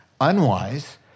unwise